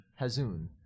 Hazun